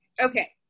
Okay